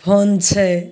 phone छै